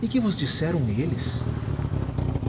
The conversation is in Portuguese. e que vos disseram eles